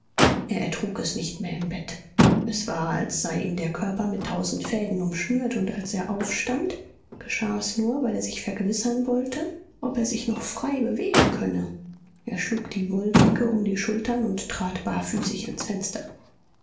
er ertrug es nicht mehr im bett es war als sei ihm der körper mit tausend fäden umschnürt und als er aufstand geschah es nur weil er sich vergewissern wollte ob er sich noch frei bewegen könne er schlug die wolldecke um die schultern und trat barfüßig ans fenster